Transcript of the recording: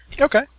Okay